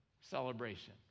celebration